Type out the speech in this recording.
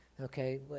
okay